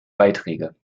beiträge